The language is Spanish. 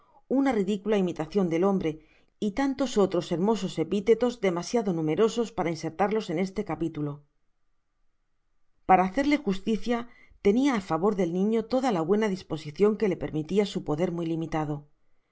una ridicula imitacion del hombre y tantos otros hermosos epitetos demasiado numerosos para insertarlos en este capitulo para hacerle justicia tenia á favor del niño toda la buena disposicion que le pormitia su poder muy limitado